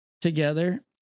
together